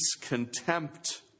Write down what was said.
contempt